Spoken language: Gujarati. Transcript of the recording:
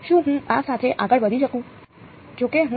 શું હું આ સાથે આગળ વધી શકું